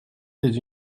des